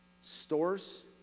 Stores